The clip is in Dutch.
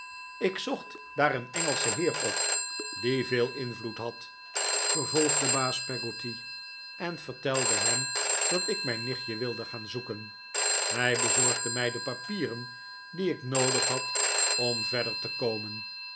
ik zocht daar een engelschen heer op die veel invloed had vervolgde baas peggotty en vertelde hem dat ik mijn nichtje wilde gaan zoeken hij bezorgde mij de papieren die ik nbodig had om verder te komen